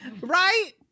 Right